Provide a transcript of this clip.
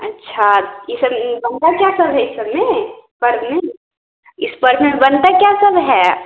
अच्छा यह सब में बनता क्या सब है इस सब में पर्व में इस पर्व में बनता क्या सब है